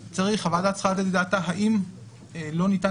הוועדה צריכה לתת את דעתה האם לא ניתן